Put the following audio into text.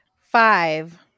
five